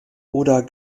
oder